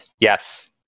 Yes